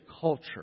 culture